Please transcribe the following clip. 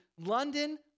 London